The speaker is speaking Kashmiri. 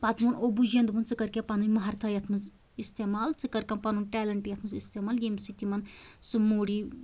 پَتہٕ ووٚن ابوٗجِین دوٚپُن ژٕ کر کیٚنٛہہ پنٕنۍ ماہرٕتھا یَتھ منٛز استعمال ژٕ کر کانٛہہ پَنُن ٹیلیٚنٛٹ یَتھ منٛز اِستعمال ییٚمہِ سۭتۍ یِمَن سُہ موٚر یی